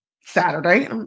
Saturday